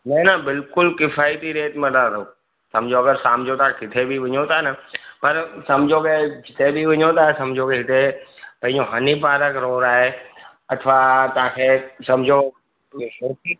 न न बिल्कुलु किफ़ाइती रेट मिलंदो सम्झो अगरि तव्हां शाम जो तव्हां किथे बि वञो था न पर सम्झो की किथे बि वञो था सम्झो जिते भई हीअं हनी पारक रोड आहे अथवा तव्हांखे सम्झो केसर